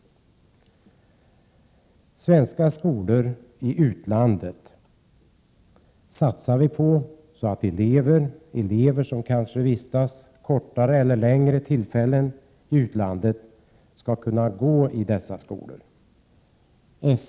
Svenska skolor i utlandet vill vi satsa på, så att elever som vistas kortare eller längre tid i utlandet skall kunna gå i dessa skolor.